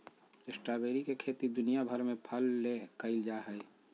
strawberry के खेती दुनिया भर में फल ले कइल जा हइ